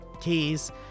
Keys